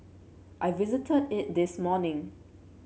I visited it this morning